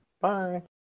bye